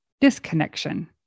disconnection